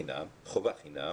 חובה חינם,